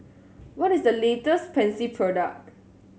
what is the latest Pansy product